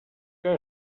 que